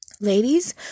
ladies